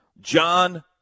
John